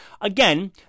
again